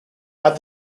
had